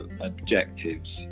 objectives